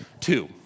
Two